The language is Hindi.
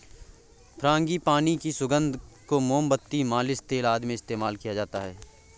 फ्रांगीपानी की सुगंध को मोमबत्ती, मालिश तेल आदि में इस्तेमाल किया जाता है